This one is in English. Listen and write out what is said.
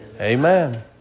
Amen